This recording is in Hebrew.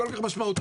כל-כך משמעותי,